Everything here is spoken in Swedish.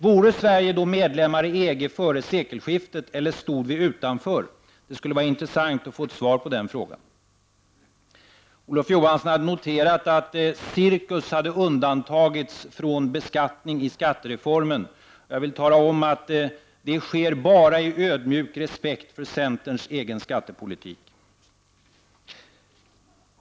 Vore Sverige då medlem av EG före sekelskiftet, eller stod vi utanför? Det skulle vara intressant att få ett svar på den frågan. Olof Johansson hade noterat att cirkus hade undantagits från beskattning i skattereformen. Jag vill tala om att det sker bara i ödmjuk respekt för centerns egen skattepolitik.